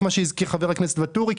כפי שציין חבר הכנסת ואטורי,